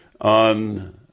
on